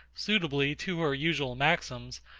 suitably to her usual maxims,